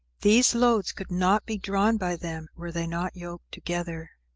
these loads could not be drawn by them were they not yoked together.